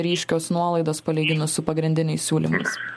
ryškios nuolaidos palyginus su pagrindiniais siūlymais